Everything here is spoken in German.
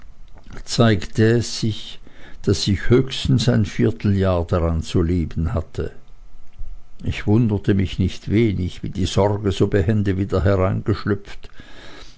zeigte es sich daß ich höchstens ein vierteljahr daran zu leben hatte ich wunderte mich nicht wenig wie die sorge so behende wieder